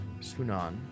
Sunan